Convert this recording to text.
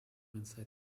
inside